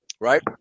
right